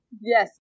yes